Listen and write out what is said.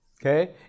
Okay